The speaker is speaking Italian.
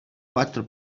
quattro